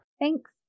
Thanks